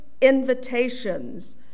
Invitations